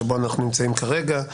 שבו אנחנו נמצאים כרגע,